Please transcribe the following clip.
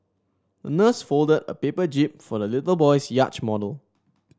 the nurse folded a paper jib for the little boy's yacht model